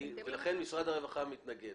לכן משרד הרווחה מתנגד.